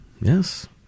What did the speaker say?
Yes